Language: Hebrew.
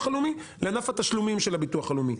הלאומי לבין ענף התשלומים של הביטוח הלאומי.